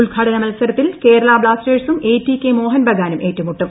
ഉദ്ഘാടനമത്സരത്തിൽ കേരളാ ബ്ലാസ്റ്റേഴ്സും എടികെ മോഹൻബഗാനും ഏറ്റുമുട്ടും